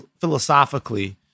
philosophically